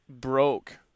broke